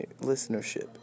listenership